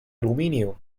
aluminio